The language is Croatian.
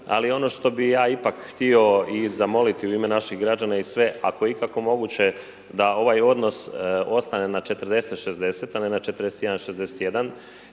ali ono što bih ja ipak htio i zamoliti u ime naših građana i sve, ako je ikako moguće da ovaj odnos ostane na 40:60, a ne na 41:61.